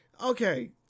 Okay